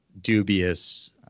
dubious